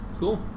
Cool